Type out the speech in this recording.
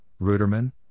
Ruderman